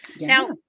now